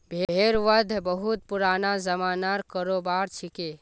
भेड़ वध बहुत पुराना ज़मानार करोबार छिके